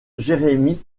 jeremy